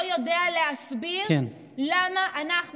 כי אף אחד לא יודע להסביר למה אנחנו